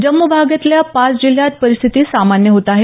जम्मू भागातल्या पाच जिल्ह्यांत परिस्थिती सामान्य होत आहे